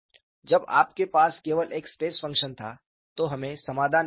जब आपके पास केवल एक स्ट्रेस फंक्शन था तो हमें समाधान मिल रहा था